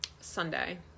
Sunday